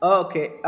okay